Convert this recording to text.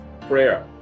prayer